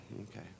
Okay